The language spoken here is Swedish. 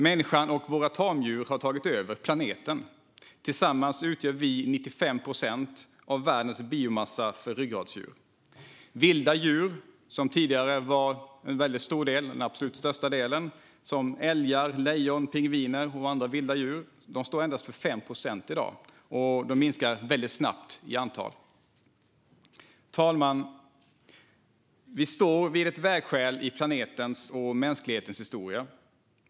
Människan och våra tamdjur har tagit över planeten. Tillsammans utgör vi 95 procent av världens biomassa för ryggradsdjur. Vilda djur som tidigare var den absolut största delen, till exempel älgar, lejon, pingviner och andra vilda djur, står endast för 5 procent i dag. De minskar snabbt i antal. Fru talman! Vi står vid ett vägskäl i planetens och mänsklighetens historia.